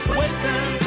waiting